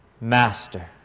Master